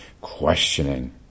questioning